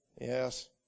Yes